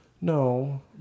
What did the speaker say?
No